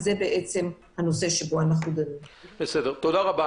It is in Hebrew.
תודה רבה.